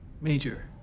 Major